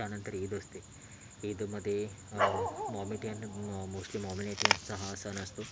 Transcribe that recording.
त्यानंतर ईद असते ईदमध्ये मोमेडियन मोस्टली मोमेडियनचा हा सण असतो